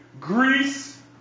Greece